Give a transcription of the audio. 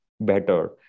better